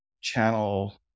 channel